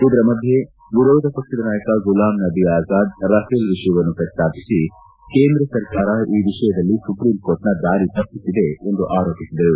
ಇದರ ಮಧ್ಯೆ ವಿರೋಧ ಪಕ್ಷದ ನಾಯಕ ಗುಲಾಮ್ ನಭಿ ಅಜಾದ್ ರಫೇಲ್ ವಿಷಯವನ್ನು ಪ್ರಸ್ತಾಪಿಸಿ ಕೇಂದ್ರ ಸರ್ಕಾರ ಈ ವಿಷಯದಲ್ಲಿ ಸುಪ್ರೀಂಕೋರ್ಟ್ನ ದಾರಿ ತಪ್ಪಿಸಿದೆ ಎಂದು ಆರೋಪಿಸಿದರು